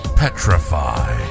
petrify